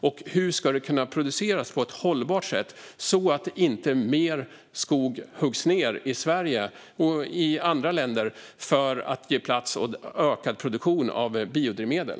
Och hur ska det kunna produceras på ett hållbart sätt så att inte mer skog huggs ned i Sverige och andra länder för att ge plats åt ökad produktion av biodrivmedel?